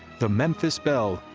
the memphis belle,